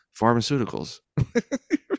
Pharmaceuticals